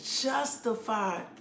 justified